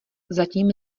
zatím